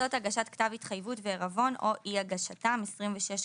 26כגתוצאות הגשת כתב התחייבות ועירבון או אי הגשתם הגיש